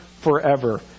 forever